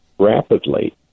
rapidly